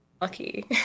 lucky